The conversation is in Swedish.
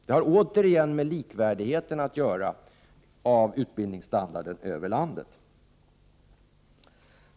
Det har återigen att göra med likvärdigheten i fråga om utbildningsstandard över landet.